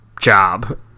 job